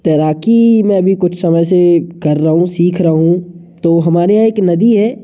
तैराकी मैं भी कुछ समय से कर रहा हूँ सीख रहा हूँ तो हमारे यहाँ एक नदी है